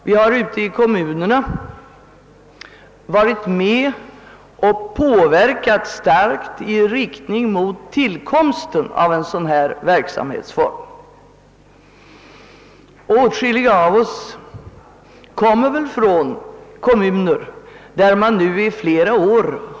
Vi har ute i kommunerna stärkt arbetat för tillkomsten av den här formen av verksamhet och åtskilliga av oss kommer väl från kommuner där den prövats i flera år.